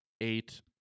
eight